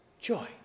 Joy